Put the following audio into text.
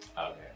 okay